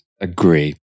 Agree